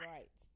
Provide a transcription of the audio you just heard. Right